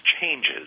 changes